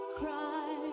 cry